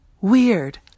weird